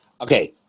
Okay